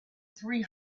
three